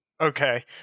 Okay